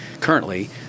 currently